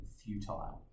futile